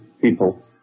people